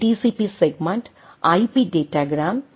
B segment IP datagram L